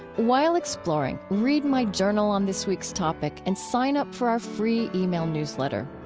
while exploring, read my journal on this week's topic and sign up for our free yeah e-mail newsletter.